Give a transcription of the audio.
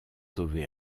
sauvés